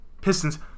Pistons